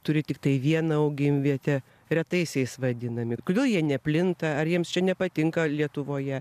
turi tiktai vieną augimvietę retaisiais vadinami kodėl jie neplinta ar jiems čia nepatinka lietuvoje